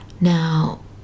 Now